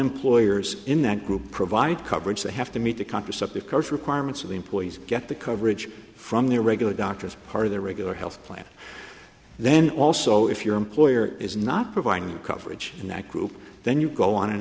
employers in that group provide coverage they have to meet the contraceptive cards requirements of employees get the coverage from their regular doctor as part of their regular health plan then also if your employer is not providing coverage in that group then you go on an